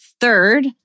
third